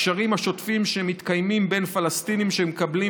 הקשרים השוטפים שמתקיימים בין פלסטינים שמקבלים